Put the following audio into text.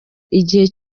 igihe